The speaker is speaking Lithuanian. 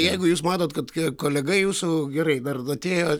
jeigu jūs matot kad kolega jūsų gerai dar atėjo